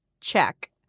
Check